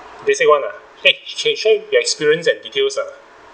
basic one lah then can share the experience and details lah